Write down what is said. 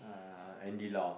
uh Andy-Lau